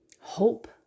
hope